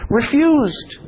refused